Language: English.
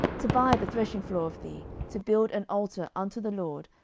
to buy the threshingfloor of thee, to build an altar unto the lord,